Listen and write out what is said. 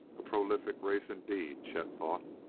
a prolific race, indeed, chet thought,